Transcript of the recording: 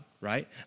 right